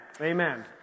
Amen